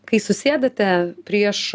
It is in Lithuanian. kai susėdate prieš